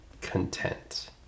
content